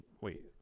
Wait